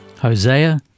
Hosea